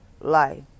life